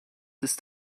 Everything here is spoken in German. ist